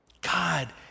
God